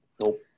Nope